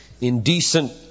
indecent